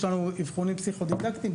יש לנו אבחונים פסיכודידקטיים.